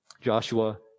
Joshua